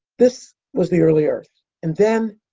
this was the early earth. and then,